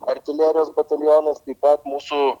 artilerijos batalionas taip pat mūsų